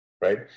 right